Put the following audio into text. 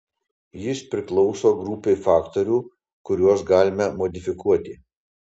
jis priklauso grupei faktorių kuriuos galime modifikuoti